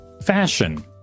Fashion